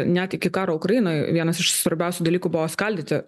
net iki karo ukrainoj vienas iš svarbiausių dalykų buvo skaldyti